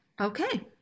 okay